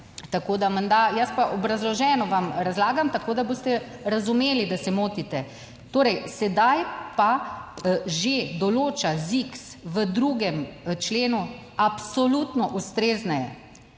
tako, da menda, jaz pa obrazloženo vam razlagam, tako, da boste razumeli, da se motite. Torej, sedaj pa že določa ZIKS v 2. členu absolutno ustrezneje,